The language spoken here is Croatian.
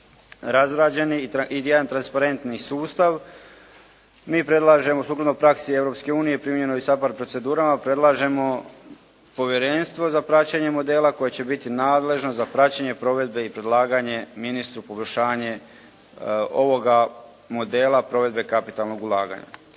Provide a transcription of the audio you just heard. razrađeni i jedan transparentni sustav. Mi predlažemo sukladno praksi Europske unije i primjenu i SAPARD procedurama predlažemo povjerenstvo za praćenje modela koje će biti nadležno za praćenje provedbe i predlaganje ministru pogoršanje ovoga modela provedbe kapitalnog ulaganja.